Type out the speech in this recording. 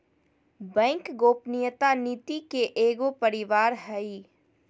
bank गोपनीयता नीति के एगो परिवार हइ